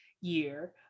year